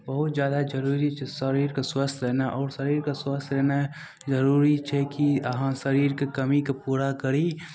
बहुत जादा जरूरी छै शरीरके स्वस्थ रहनाइ आओर शरीरके स्वस्थ रहनाइ जरूरी छै कि अहाँ शरीरके कमीके पूरा करी